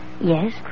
Yes